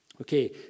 okay